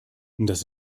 das